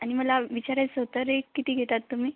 आणि मला विचारायचं होतं रेट किती घेतात तुम्ही